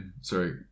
sorry